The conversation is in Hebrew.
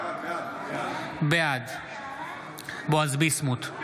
בעד בועז ביסמוט,